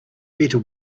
better